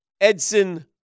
Edson